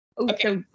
Okay